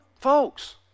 folks